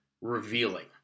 revealing